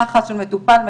יחס של מטופל-מטפל,